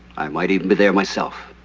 i might even be there myself.